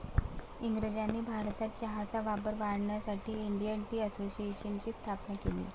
इंग्रजांनी भारतात चहाचा वापर वाढवण्यासाठी इंडियन टी असोसिएशनची स्थापना केली